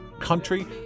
country